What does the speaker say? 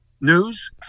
news